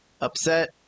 upset